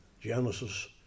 Genesis